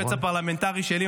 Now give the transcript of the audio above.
היועץ הפרלמנטרי שלי,